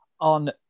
on